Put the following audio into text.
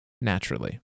Naturally